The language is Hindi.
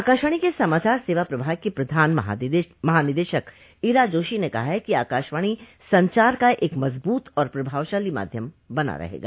आकाशवाणी के समाचार सेवा प्रभाग की प्रधान महानिदेशक इरा जोशी ने कहा है कि आकाशवाणी संचार का एक मजबूत और प्रभावशाली माध्यम बना रहेगा